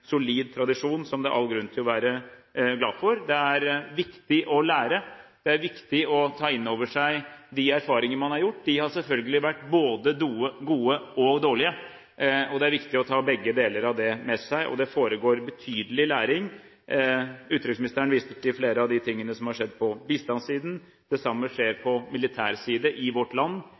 solid tradisjon, som det er all grunn til å være glad for. Det er viktig å lære. Det er viktig å ta inn over seg de erfaringene man har gjort. De har selvfølgelig vært både gode og dårlige, og det er viktig å ta begge deler av det med seg. Og det foregår betydelig læring. Utenriksministeren viste til flere ting som har skjedd på bistandssiden. Det samme skjer på militærsiden i vårt land